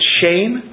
shame